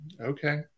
okay